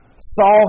Saul